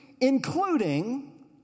Including